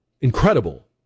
incredible